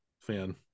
fan